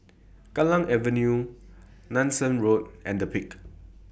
Kallang Avenue Nanson Road and The Peak